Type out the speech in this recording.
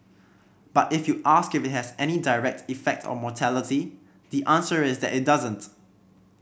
but if you ask if it has any direct effect on mortality the answer is that it doesn't